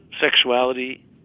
sexuality